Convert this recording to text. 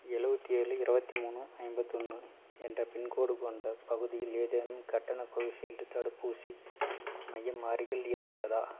எழுபத்தி ஏழு இருபத்தி மூணு ஐம்பத்தி ஒன்று என்ற பின்கோடு கொண்ட பகுதியில் ஏதேனும் கட்டண கோவிஷீல்டு தடுப்பூசி மையம் அருகில் இருக்கிறதா